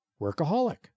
workaholic